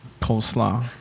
coleslaw